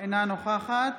אינה נוכחת